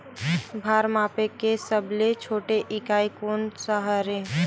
भार मापे के सबले छोटे इकाई कोन सा हरे?